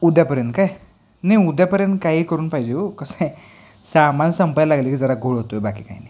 उद्यापर्यंत काय नाही उद्यापर्यंत काही करून पाहिजे अहो कसं आहे सामान संपायला लागलं की जरा घोळ होतो आहे बाकी काही नाही